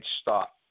stop